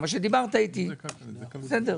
אבל דיברת איתי, בסדר.